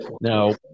Now